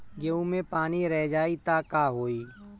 गेंहू मे पानी रह जाई त का होई?